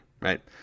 right